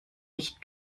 nicht